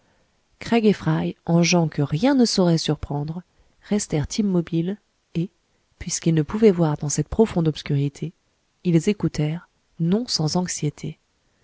en gens que rien ne saurait surprendre restèrent immobiles et puisqu'ils ne pouvaient voir dans cette profonde obscurité ils écoutèrent non sans anxiété